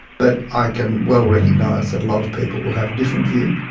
but i can well recognise that a lot of people will have a different view.